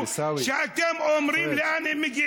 אתה אמרת את זה במו פיך, תתבייש